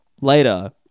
later